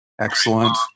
Excellent